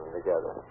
together